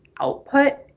output